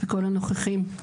וכל הנוכחים.